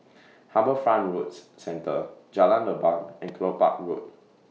HarbourFront Roads Centre Jalan Leban and Kelopak Road